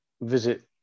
visit